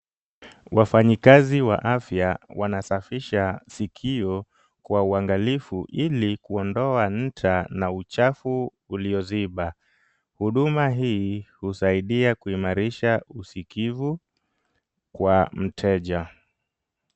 Wafanyikazi wa afya wanasafisha sikio kwa uangalifu ili kuondoa nta na uchafu ulioziba. Huduma hii husaidia kuimarisha usikivu kwa mteja.